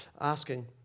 asking